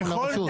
כן.